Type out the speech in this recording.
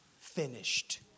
finished